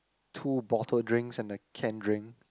two bottle drinks and a canned drink